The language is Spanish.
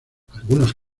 algunos